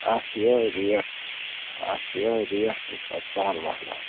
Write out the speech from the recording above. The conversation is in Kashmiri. اَتھ چھِ یہَے ریٹ اَتھ چھِ یِہَے ریٹ سُہ چھُ پتہٕ سہل مسلہٕ